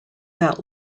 that